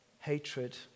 hatred